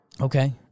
Okay